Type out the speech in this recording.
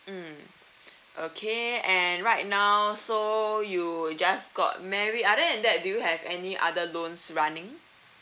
mm okay and right now so you just got married other than that do you have any other loans running